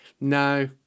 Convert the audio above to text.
no